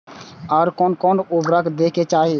आर कोन कोन उर्वरक दै के चाही?